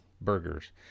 burgers